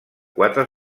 quatre